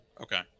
Okay